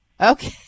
Okay